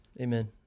amen